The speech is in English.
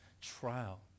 trial